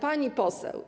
Pani poseł.